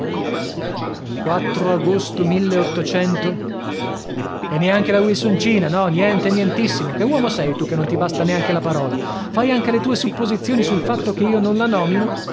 io agosto e neanche la wilsoncina no niente nientissimo che uomo sei tu che non ti basta neanche la parola fai anche le tue supposizioni sul fatto che io non la nomino